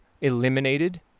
eliminated